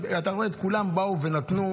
שלא יכולנו,